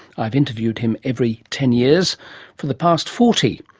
i've interviewed him every ten years for the past forty,